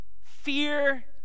Fear